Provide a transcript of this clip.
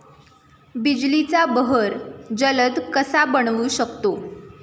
बिजलीचा बहर जलद कसा बनवू शकतो?